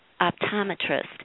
optometrist